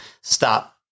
Stop